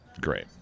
Great